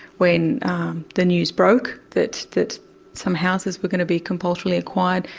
when the news broke, that that some houses were going to be compulsorily acquired,